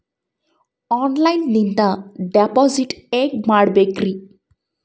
ಆನ್ಲೈನಿಂದ ಡಿಪಾಸಿಟ್ ಹೇಗೆ ಮಾಡಬೇಕ್ರಿ?